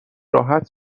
راحت